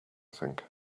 think